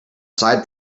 side